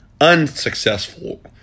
unsuccessful